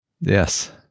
Yes